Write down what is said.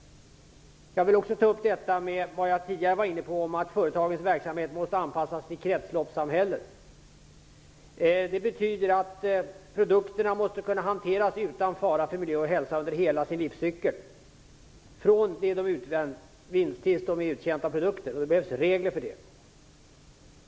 Jag nämnde tidigare att företagens verksamhet måste anpassas till kretsloppssamhället. Det betyder att produkterna måste kunna hanteras utan fara för miljö och hälsa under hela sin livscykel, från det att de utvinns tills de är uttjänta. Det behövs regler för detta.